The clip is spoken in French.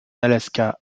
alaska